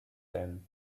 then